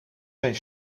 zijn